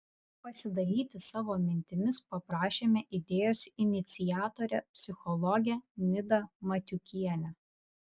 pasidalyti savo mintimis paprašėme idėjos iniciatorę psichologę nidą matiukienę